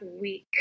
week